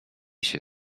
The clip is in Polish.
się